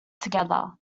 together